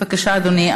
בבקשה, אדוני.